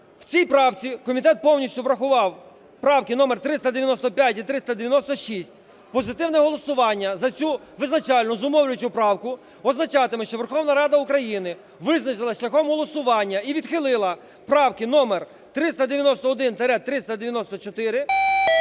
В цій правці комітет повністю врахував правки номер 395 і 396. Позитивне голосування за цю визначальну, зумовлюючу правку означатиме, що Верховна Рада України визначилась шляхом голосування і відхилила правки номер: 391-394,